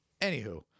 Anywho